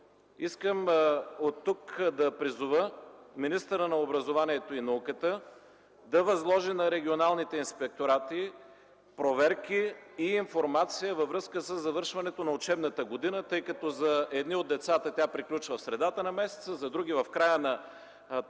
Искам от тук да призова министъра на образованието и науката да възложи на регионалните инспекторати проверки и информация във връзка със завършването на учебната година – за едни от децата тя приключва в средата на месеца, за други – в края на този